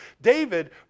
David